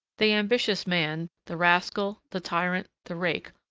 the ambitious man, the rascal, the tyrant, the rake,